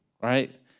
right